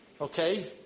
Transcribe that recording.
okay